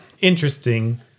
interesting